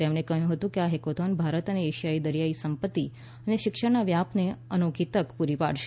તેમણે કહ્યું હતું કે આ હેકાથોન ભારત અને આશિયાનને દરિયાઈ સંપત્તિ અને શિક્ષણના વ્યાપને અનોખી તક પૂરી પાડશે